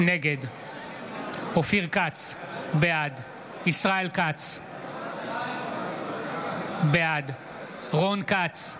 נגד אופיר כץ, בעד ישראל כץ, בעד רון כץ,